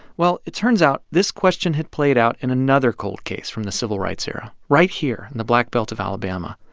well, it turns out this question had played out in another cold case from the civil rights era, right here in the black belt of alabama,